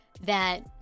that-